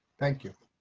thank you.